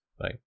right